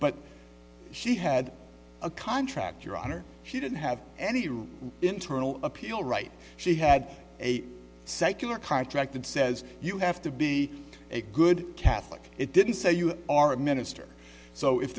but she had a contract your honor she didn't have any real internal appeal right she had a secular contract that says you have to be a good catholic it didn't say you are a minister so if